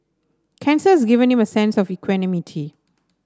cancer has given him a sense of equanimity